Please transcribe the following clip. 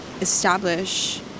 establish